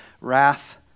wrath